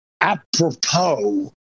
apropos